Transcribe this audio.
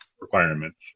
requirements